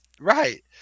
Right